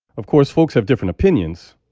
of course, folks have different opinions,